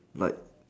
like